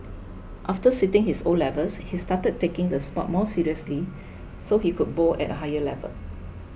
after sitting his O levels he started taking the sport more seriously so he could bowl at a higher level